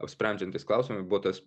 apsprendžiantys klausimai buvo tas